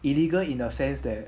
illegal in a sense that